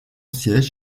siège